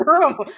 room